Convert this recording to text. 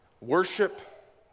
worship